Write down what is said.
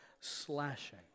slashing